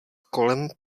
kolem